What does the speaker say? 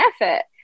effort